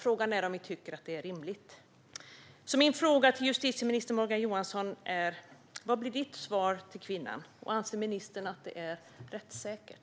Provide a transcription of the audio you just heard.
Frågan är om vi tycker att det är rimligt. Min fråga till justitieminister Morgan Johansson är: Vad blir ditt svar till kvinnan? Anser ministern att detta är rättssäkert?